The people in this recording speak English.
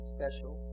special